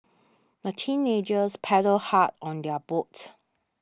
the teenagers paddled hard on their boat